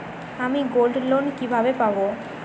আমি গোল্ডলোন কিভাবে পাব?